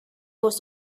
was